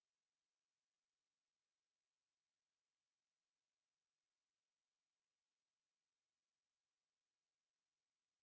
I I maybe it was the entree or maybe something I don't know it was or not very crazy because I'm not the only who heard it